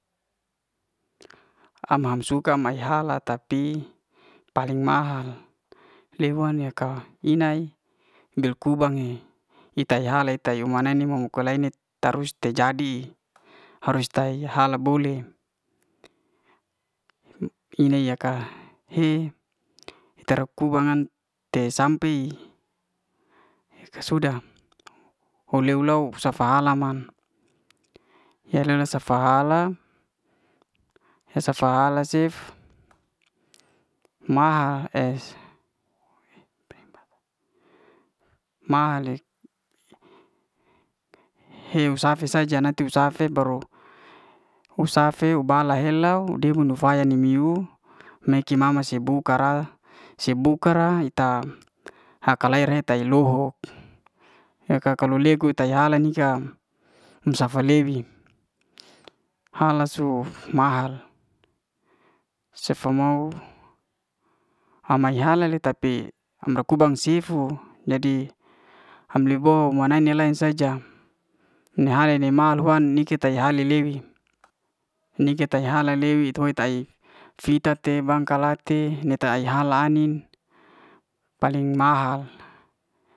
Am'ham suka mae hala tapi paling mahal le'wa nika inai bil'kubang e ita he a'ale ita um'ma ne mo oko lae ne tarus te jadi, harus te hala boleh in ni'a yaka he tar kubangan te sampe sudah u'leu lou safa hala man, ye li safa hala safa hala cef maha' es he'uw safe saja nanti uh'cafe baru, uh'cafe bala'hela debun ni faya ni miuw me'ki mama si buka'ra. si buka'ra ita aka'lere tai luhuk, leka ka legu tai'ha ni ka i safa le'wi hala suf mahal, sefa mou ame mae hala le ta tapi am'ra kubang sifu jadi am'li bo mo'nane lay saja ne hari ne mahal huan nika te hale'lewi. nike te hale'lewi tu e tai fita te bangka la'ti ne ta hae'ala ai'nin paling mahal.